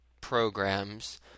programs